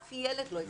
אף ילד לא הפקרנו.